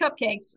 cupcakes